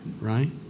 right